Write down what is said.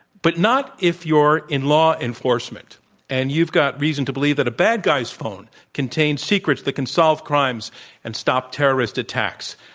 but not if you're in law enforcement and you've got reason to believe that a bad guy's phone contains secrets that can solve crimes and stop terrorist attacks.